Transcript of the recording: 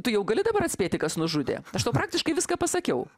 tu jau gali dabar atspėti kas nužudė aš tau praktiškai viską pasakiau